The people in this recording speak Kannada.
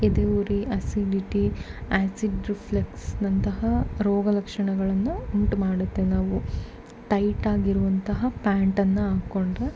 ಎದೆ ಉರಿ ಅಸಿಡಿಟಿ ಆ್ಯಸಿಡ್ ರಿಫ್ಲೆಕ್ಸ್ನಂತಹ ರೋಗ ಲಕ್ಷಣಗಳನ್ನು ಉಂಟು ಮಾಡುತ್ತೆ ನಾವು ಟೈಟ್ ಆಗಿರುವಂತಹ ಪ್ಯಾಂಟನ್ನು ಹಾಕೊಂಡ್ರೆ